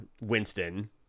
Winston